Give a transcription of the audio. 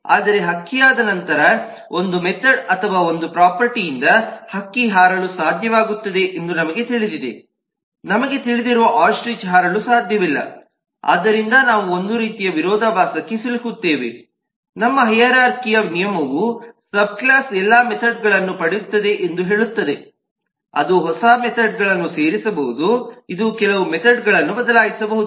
ಆದರೆ ಹಕ್ಕಿಯಾದ ನಂತರ ಒಂದು ಮೆಥೆಡ್ ಅಥವಾ ಪ್ರೊಫರ್ಟಿ ಇಂದ ಹಕ್ಕಿ ಹಾರಲು ಸಾಧ್ಯವಾಗುತ್ತದೆ ಎಂದು ನಮಗೆ ತಿಳಿದಿದೆ ನಮಗೆ ತಿಳಿದಿರುವ ಆಸ್ಟ್ರಿಚ್ ಹಾರಲು ಸಾಧ್ಯವಿಲ್ಲ ಆದ್ದರಿಂದ ನಾವು ಒಂದು ರೀತಿಯ ವಿರೋಧಾಭಾಸಕ್ಕೆ ಸಿಲುಕುತ್ತೇವೆ ನಮ್ಮ ಹೈರಾರ್ಖಿಯ ನಿಯಮವು ಸಬ್ ಕ್ಲಾಸ್ ಎಲ್ಲಾ ಮೆಥೆಡ್ ಗಳನ್ನು ಪಡೆಯುತ್ತದೆ ಎಂದು ಹೇಳುತ್ತದೆ ಅದು ಹೊಸ ಮೆಥೆಡ್ಗಳನ್ನು ಸೇರಿಸಬಹುದು ಇದು ಕೆಲವು ಮೆಥೆಡ್ಗಳನ್ನು ಬದಲಾಯಿಸಬಹುದು